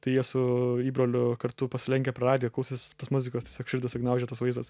tai jie su įbroliu kartu pasilenkę per radiją klausėsi tos muzikos tiesiog širdį sugniaužė tas vaizdas